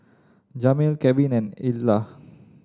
Jamil Kevin and Edla